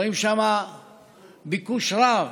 רואים שם ביקוש רב